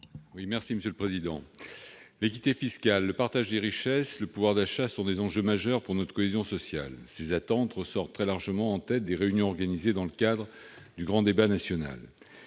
à M. Jean-Marc Gabouty. L'équité fiscale, le partage des richesses, le pouvoir d'achat sont des enjeux majeurs pour notre cohésion sociale. Ces attentes ressortent très largement en tête des réunions organisées dans le cadre du grand débat national.